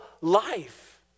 life